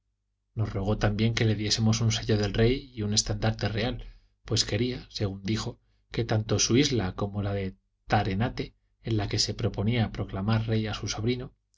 nos rogó también que le diésemos un sello del rey y un estandarte real pues quería según dijo que tanto su isla como la de tate en la que se proponía proclamar rey a su sobrino